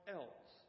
else